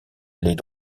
les